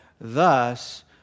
Thus